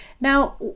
Now